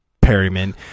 Perryman